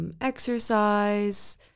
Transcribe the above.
exercise